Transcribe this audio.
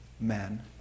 men